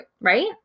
Right